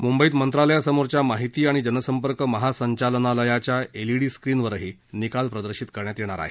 मुंबईत मंत्रालयासमोरच्या माहिती आणि जनसंपर्क महासंचालनालयाच्या एलईडी स्क्रीनवरही निकाल प्रदर्शित करण्यात येतील